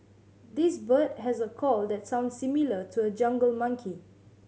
this bird has a call that sounds similar to a jungle monkey